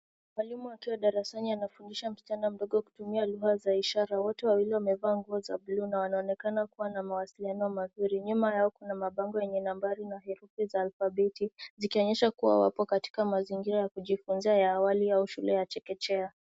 Mwalimu akiwa darasani anafundisha msichana mdogo kutumia lugha za ishara. Wote wawili wamevaa nguo za blue na wanaonekana kuwa na mawasiliano mazuri. Nyuma yao kuna mabango yenye nabari na herufi za alphabeti zikionyesha kuwa wapo katika mazingira ya kujifunzia ya awalia au shule ya chekechea.